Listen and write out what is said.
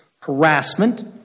harassment